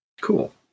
Cool